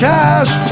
Cash